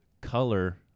color